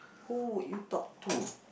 who would you talk to